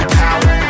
power